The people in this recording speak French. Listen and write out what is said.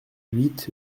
huit